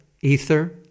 ether